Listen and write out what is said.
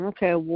Okay